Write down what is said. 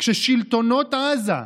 כששלטונות עזה,